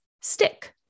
stick